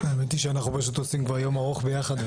האמת, אנחנו כבר עושים יום ארוך ביחד.